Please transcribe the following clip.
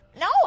No